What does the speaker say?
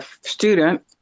student